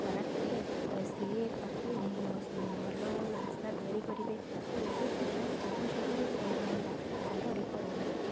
ଖରାପ ଥିଲେ ସିଏ ତାକୁ ଭଲ ରାସ୍ତା ତିଆରି କରିବେ ଆଉ ଏବେ ତ ପ୍ରାୟ ସବୁ ଜାଗାରେ ରାସ୍ତା ଖାଲ ଢ଼ିପ ରହୁଛି